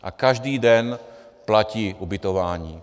A každý den platí ubytování.